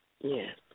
Yes